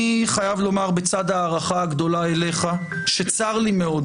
אני חייב לומר בצד ההערכה הגדולה אליך שצר לי מאוד